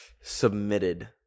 submitted